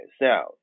Now